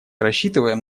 рассчитываем